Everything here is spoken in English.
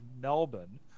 Melbourne